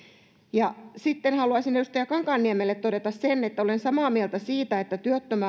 sitten haluaisin edustaja kankaanniemelle todeta sen että olen samaa mieltä siitä että